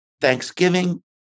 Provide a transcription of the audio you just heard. Thanksgiving